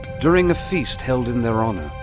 during a feast held in their honor,